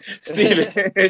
Stephen